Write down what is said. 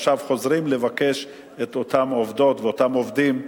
עכשיו חוזרים לבקש את אותן עובדות ואותם עובדים,